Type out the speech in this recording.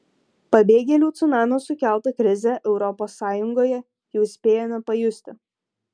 pabėgėlių cunamio sukeltą krizę europos sąjungoje jau spėjome pajusti